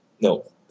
No